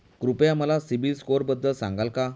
कृपया मला सीबील स्कोअरबद्दल सांगाल का?